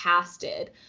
casted